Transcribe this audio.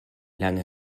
lange